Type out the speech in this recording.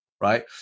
right